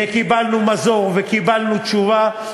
וקיבלנו מזור וקיבלנו תשובה,